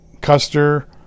Custer